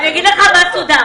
אני אגיד לך מה סודר.